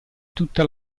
tutta